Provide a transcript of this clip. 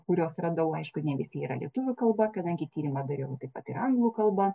kuriuos radau aišku ne visi yra lietuvių kalba kadangi tyrimą dariau pati anglų kalba